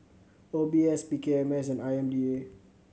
O B S P K M S and I M D A